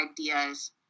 ideas